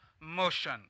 motion